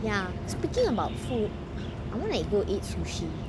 ya speaking about food I'm wanna go eat sushi